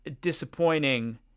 disappointing